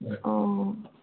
অঁ